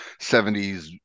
70s